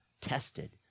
tested